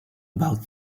about